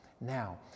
now